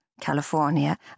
California